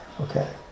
Okay